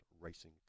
Racing